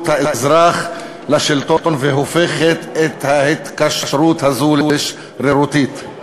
האזרח והשלטון והופכת את ההתקשרות הזו לשרירותית.